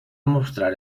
mostrar